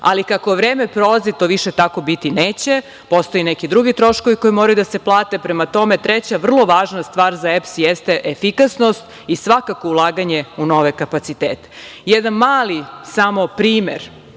Ali, kako vreme prolazi, to više tako biti neće. Postoje neki drugi troškovi koji moraju da se plate. Prema tome, treća vrlo važna stvar za EPS jeste efikasnost i svakako ulaganje u nove kapacitete. Jedan mali primer,